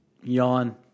yawn